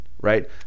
right